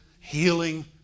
healing